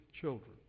children